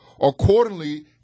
accordingly